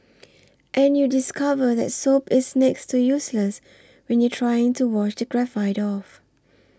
and you discover that soap is next to useless when you're trying to wash the graphite off